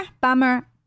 bummer